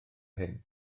hyn